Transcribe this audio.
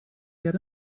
get